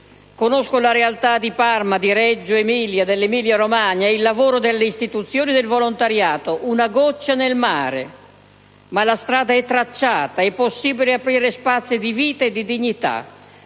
Conosco la realtà di Parma, di Reggio Emilia e dell'Emilia-Romagna e il lavoro delle istituzioni e del volontariato: una goccia nel mare, ma la strada è tracciata. È possibile aprire spazi di vita e di dignità: